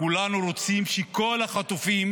כולנו רוצים שכל החטופים